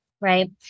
right